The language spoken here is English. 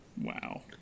Wow